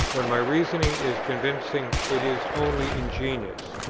when my reasoning is convincing it is only ingenious,